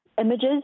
Images